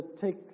take